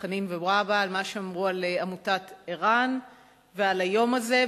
חנין ווהבה על עמותת ער"ן ועל היום הזה,